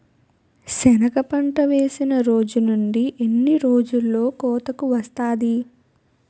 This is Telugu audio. సెనగ పంట వేసిన రోజు నుండి ఎన్ని రోజుల్లో కోతకు వస్తాది?